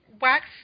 wax